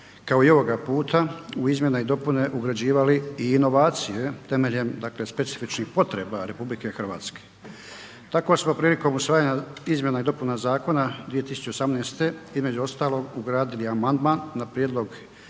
kao i ovoga puta u izmjene i dopune ugrađivali i inovacije temeljem specifičnih potreba RH. Tako smo prilikom usvajanja izmjena i dopuna zakona 2018. između ostalog ugradili amandman na prijedlog